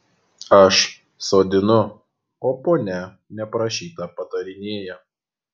aš sodinu o ponia neprašyta patarinėja